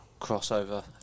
crossover